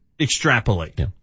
extrapolate